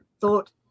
thought